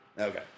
Okay